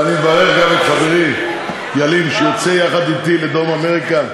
ואני מברך גם את חברי ילין שיוצא יחד אתי לדרום-אמריקה,